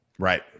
Right